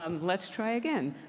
um let's try again.